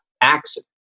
accident